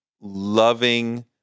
loving